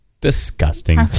disgusting